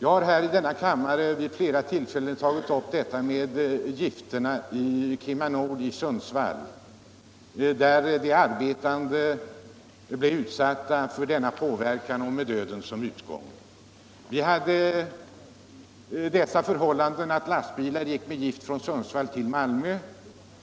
Jag har i denna kammare vid flera tillfällen tagit upp frågan om gifterna vid KemaNord i Sundsvall, där de arbetande blev utsatta för påverkan med döden som följd. Lastbilar gick med last av gift från Sundsvall till Malmö.